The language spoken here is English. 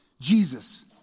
Jesus